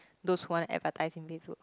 those who aren't advertising this would